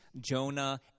Jonah